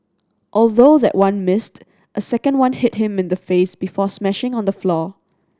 although that one missed a second one hit him in the face before smashing on the floor